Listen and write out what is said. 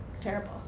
terrible